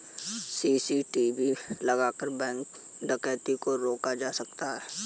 CCTV लगाकर bank डकैती को रोका जा सकता है